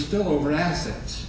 still over assets